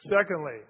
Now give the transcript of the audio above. Secondly